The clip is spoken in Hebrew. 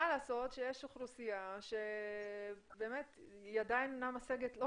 מה לעשות שיש אוכלוסייה שידה אינה משגת מכל מיני סיבות,